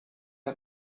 der